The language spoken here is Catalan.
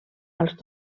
als